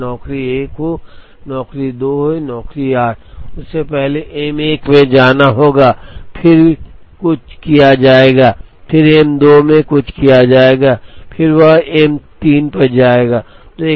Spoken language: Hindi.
तो चाहे वह नौकरी 1 हो या नौकरी 2 या नौकरी 8 उसे पहले M 1 में जाना होगा फिर कुछ किया जाएगा फिर M 2 में कुछ किया जाएगा फिर वह M 3 पर जाएगा